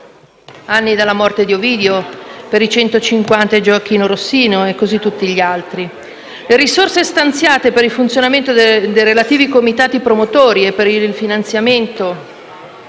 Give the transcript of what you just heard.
anni dalla morte di Gioachino Rossini e così tutte le altre. Le risorse stanziate per il funzionamento dei relativi comitati promotori e per il finanziamento